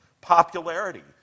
Popularity